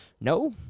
No